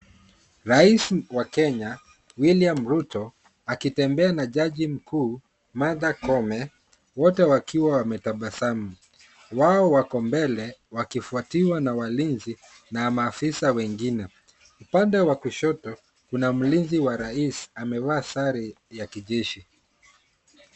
Rais wa Kenya William Ruto akitembea na jaji mkuu Martha Koome wote wakiwa wametabasabu. Wao wako mbele wakifwatiwa na walizi na maafisa wengine. Upande wa kushoto kuna mlizi wa rais amevaa sare ya kijeshi.